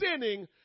sinning